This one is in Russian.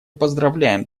поздравляем